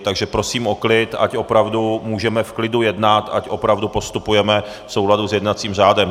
Takže prosím o klid, ať opravdu můžeme v klidu jednat, ať opravdu postupujeme v souladu s jednacím řádem.